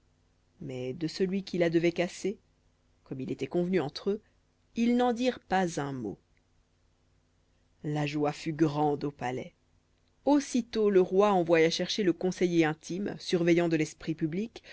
mais de celui qui la devait casser comme il était convenu entre eux ils n'en dirent pas un mot la joie fut grande au palais aussitôt le roi envoya chercher le conseiller intime surveillant de l'esprit public